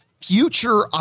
future